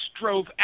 drove